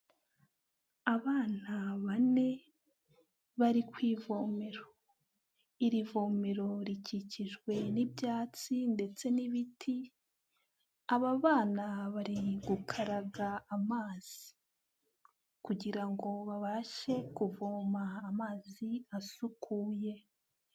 Abana bane bari kwivomero, iri vomero rikikijwe n'ibyatsi ndetse n'ibiti. Aba bana barimo gukaraga amazi kugira ngo babashe kuvoma amazi asukuye.